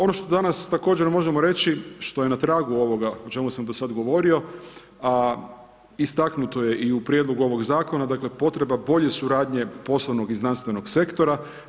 Ono što danas također možemo reći što je na tragu ovoga o čemu sam do sada govorio, a istaknuto je i u prijedlogu ovog zakona, dakle potreba bolje suradnje poslovnog i znanstvenog sektora.